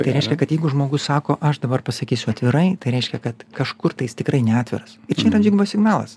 tai reiškia kad jeigu žmogus sako aš dabar pasakysiu atvirai tai reiškia kad kažkur tai jis tikrai neatviras ir čia yra dvigubas signalas